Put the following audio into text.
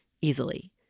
easily